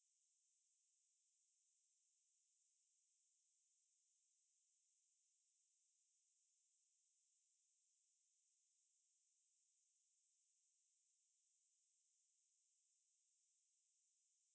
calls to come through and all that correct yeah just normal message notifications மட்டும்:mattum err அந்த:antha notification வந்து உன்:vanthu un phone இல்ல:illa pop up ஆனா:aanaa sound வராது:varaathu yeah because some~ sometimes people don't want to put err